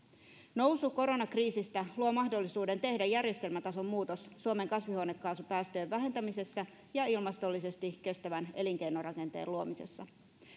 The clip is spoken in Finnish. nousu koronakriisistä luo mahdollisuuden tehdä järjestelmätason muutos suomen kasvihuonekaasupäästöjen vähentämisessä ja ilmastollisesti kestävän elinkeinorakenteen luomisessa